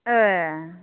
ए